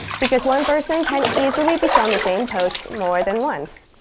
because one person can easily be shown the same post more than once.